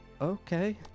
Okay